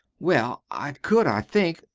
well, i could, i think.